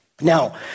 Now